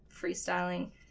freestyling